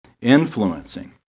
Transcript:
influencing